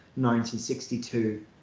1962